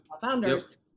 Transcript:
founders